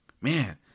Man